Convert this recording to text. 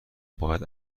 باید